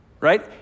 right